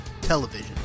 television